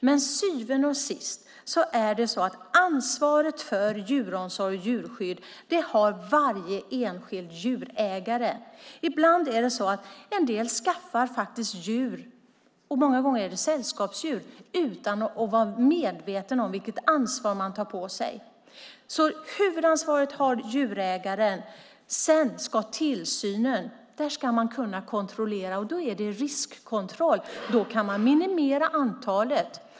Till syvende och sist ligger ansvaret för djuromsorg och djurskydd på varje enskild djurägare. En del skaffar djur, många gånger är det sällskapsdjur, utan att vara medvetna om vilket ansvar de tar på sig. Djurägaren har huvudansvaret. Tillsynen handlar om riskkontroll, och då kan man minimera antalet.